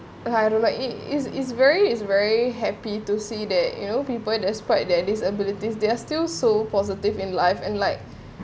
I don't like is is very is very happy to see that you know people despite their disabilities they are still so positive in life and like